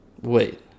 Wait